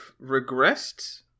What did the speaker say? regressed